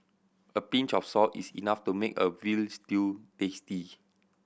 a pinch of salt is enough to make a veal stew tasty